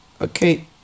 okay